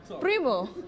Primo